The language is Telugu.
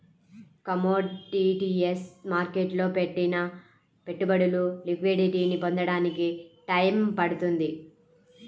కమోడిటీస్ మార్కెట్టులో పెట్టిన పెట్టుబడులు లిక్విడిటీని పొందడానికి టైయ్యం పడుతుంది